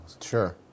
Sure